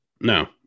No